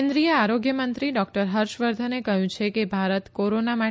કેન્દ્રીય આરોગ્ય મંત્રી ડોકટર હર્ષવર્ધને કહયું છે કે ભારત કોરોના માટે